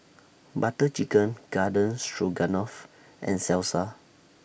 Butter Chicken Garden Stroganoff and Salsa